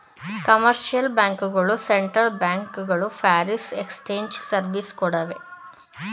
commercial bank ಗಳು central bank ಗಳು foreign exchange service ಕೊಡ್ತವೆ